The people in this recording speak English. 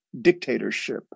dictatorship